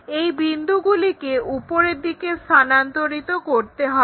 এই বিন্দুগুলিকে উপরের দিকে স্থানান্তরিত করতে হবে